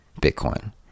bitcoin